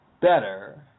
better